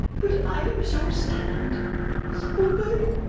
but i am so sad so very,